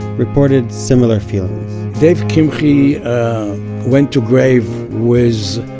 reported similar feelings dave kimche went to grave with